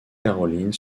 caroline